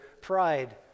pride